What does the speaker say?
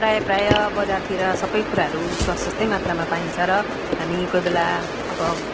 प्रायः प्रायः बजारतिर सब कुराहरू प्रशस्त मात्रमा पाइन्छ र हामी कोही बेला अब